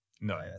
No